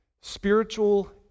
Spiritual